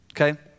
Okay